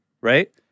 right